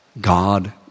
God